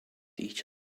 each